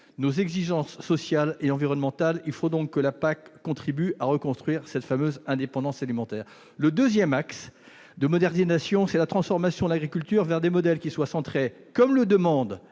nos exigences sociales et environnementales. La PAC doit donc contribuer à reconstruire cette fameuse indépendance alimentaire. Le deuxième axe de modernisation est la transformation de l'agriculture vers des modèles centrés, comme le demandent